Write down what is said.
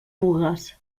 pugues